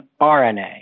RNA